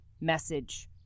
message